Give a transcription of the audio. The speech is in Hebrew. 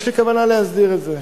יש לי כוונה להסדיר את זה.